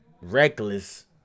reckless